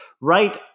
right